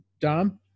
Dom